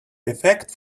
effect